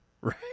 right